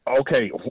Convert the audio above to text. Okay